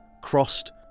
crossed